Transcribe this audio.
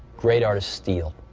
great artists steal.